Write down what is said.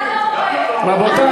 אדוני,